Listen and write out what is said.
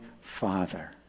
Father